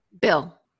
Bill